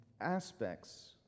aspects